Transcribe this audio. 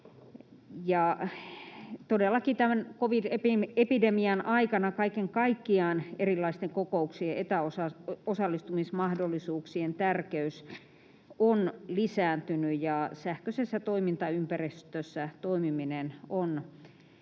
Todellakin tämän covid-epidemian aikana kaiken kaikkiaan erilaisten kokouksien etäosallistumismahdollisuuksien tärkeys on lisääntynyt, ja sähköisessä toimintaympäristössä toimiminen on muullakin